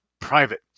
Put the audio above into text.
private